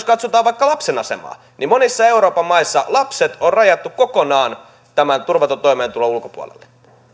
katsotaan vaikka lapsen asemaa niin monissa euroopan maissa lapset on rajattu kokonaan tämän turvatun toimeentulon ulkopuolelle